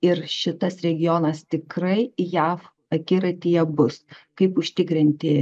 ir šitas regionas tikrai jav akiratyje bus kaip užtikrinti